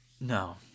no